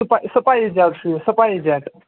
سٕپَے SpiceJet چھُ یہِ spice جٮ۪ٹ